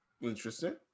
Interesting